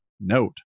note